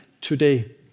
today